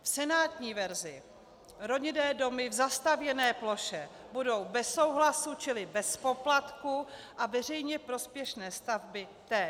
V senátní verzi rodinné domy v zastavěné ploše budou bez souhlasu čili bez poplatku a veřejně prospěšné stavby též.